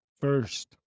First